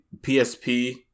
PSP